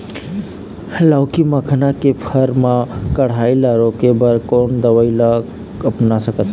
लाउकी मखना के फर मा कढ़ाई ला रोके बर कोन दवई ला अपना सकथन?